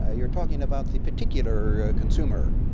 ah you're talking about the particular consumer,